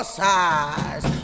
size